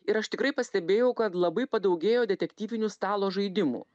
ir aš tikrai pastebėjau kad labai padaugėjo detektyvinių stalo žaidimų